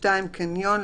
(2) קניון,